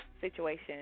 situation